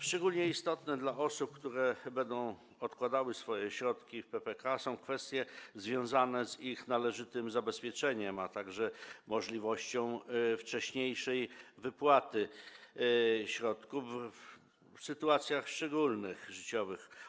Szczególnie istotne dla osób, które będą odkładały swoje środki w PPK, są kwestie związane z ich należytym zabezpieczeniem, a także możliwością wcześniejszej wypłaty środków w szczególnych sytuacjach życiowych.